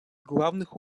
главных